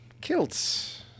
Kilts